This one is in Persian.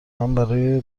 برای